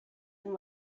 and